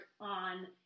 on